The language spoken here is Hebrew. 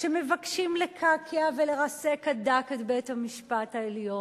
שמבקשים לקעקע ולרסק עד דק את בית-המשפט העליון,